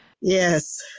Yes